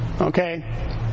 okay